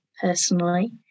personally